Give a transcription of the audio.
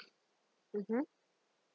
mmhmm